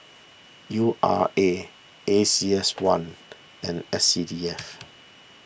U R A A C S one and S C D F